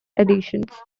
editions